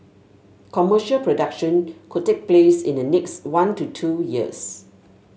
commercial production could take place in the next one to two years